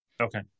Okay